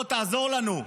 בוא תעזור לנו,